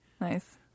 Nice